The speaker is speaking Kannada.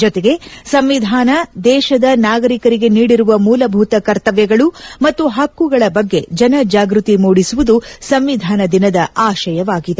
ಜೊತೆಗೆ ಸಂವಿಧಾನ ದೇಶದ ನಾಗರಿಕರಿಗೆ ನೀಡಿರುವ ಮೂಲಭೂತ ಕರ್ತಮ್ಮಗಳು ಮತ್ತು ಹಕ್ಕುಗಳ ಬಗ್ಗೆ ಜನಜಾಗೃತಿ ಮೂಡಿಸುವುದು ಸಂವಿಧಾನ ದಿನದ ಆಶಯವಾಗಿದೆ